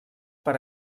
per